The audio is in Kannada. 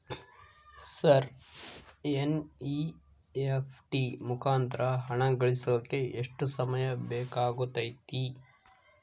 ಸರ್ ಎನ್.ಇ.ಎಫ್.ಟಿ ಮುಖಾಂತರ ಹಣ ಕಳಿಸೋಕೆ ಎಷ್ಟು ಸಮಯ ಬೇಕಾಗುತೈತಿ?